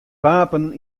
wapen